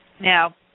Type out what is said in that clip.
Now